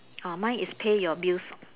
orh mine is pay your bills